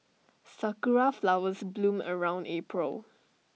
Sakura Flowers bloom around April